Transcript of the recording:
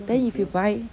then if you buy